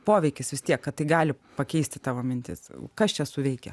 poveikis vis tiek kad tai gali pakeisti tavo mintis kas čia suveikė